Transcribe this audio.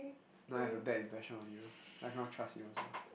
now I have a bad impression of you I cannot trust you also